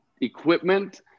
equipment